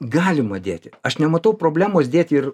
galima dėti aš nematau problemos dėti ir